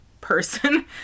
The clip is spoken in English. person